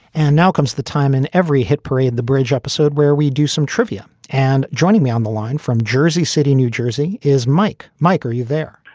and now comes the time in every hit parade. the bridge episode where we do some trivia. and joining me on the line from jersey city, new jersey is mike. mike, are you there?